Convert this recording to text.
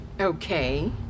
Okay